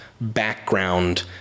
background